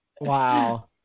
wow